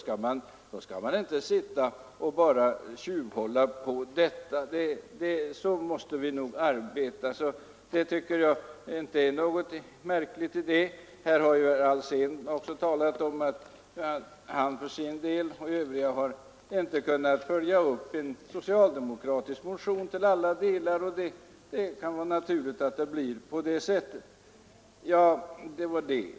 Jag tycker inte att det är något märkligt i det. Herr Alsén har också sagt att han och övriga socialdemokratiska utskottsledamöter inte till alla delar har kunnat följa upp en socialdemokratisk motion. Det kan vara naturligt att det blir på det sättet.